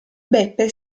beppe